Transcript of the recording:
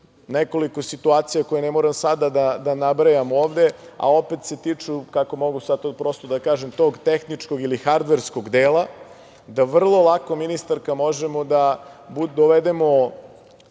nekoliko situacija koje ne moram sada da nabrajam, a opet se tiču kako mogu sada prosto da kažem, tog tehničkog ili hardverskog dela, da vrlo lako ministarka, možemo da dovedemo